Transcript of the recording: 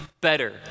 better